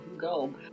go